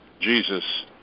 Jesus